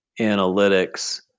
analytics